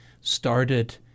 started